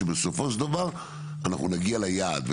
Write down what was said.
שבסופו של דבר אנחנו נגיע ליעד.